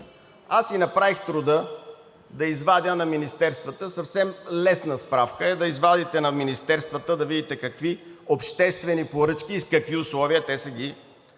Аз си направих труда да извадя за министерствата. Съвсем лесна справка е да извадите за министерствата и да видите какви обществени поръчки и с какви условия те са ги